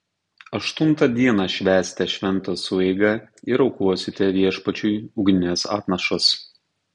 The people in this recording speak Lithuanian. aštuntą dieną švęsite šventą sueigą ir aukosite viešpačiui ugnines atnašas